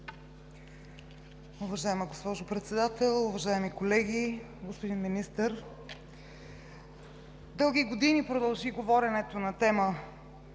Уважаема госпожо Председател, уважаеми колеги, господин Министър! Дълги години продължи говоренето на тема